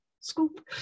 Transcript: scoop